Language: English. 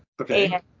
okay